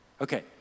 Okay